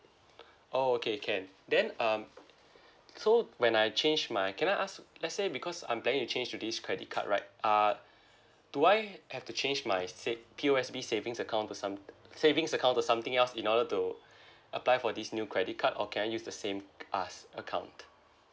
oh okay can then um so when I change my can I ask let's say because I'm planning to change to this credit card right uh do I have to change my said P_O_S_B savings account to some savings account to something else in order to apply for this new credit card or can I use the same uh s~ account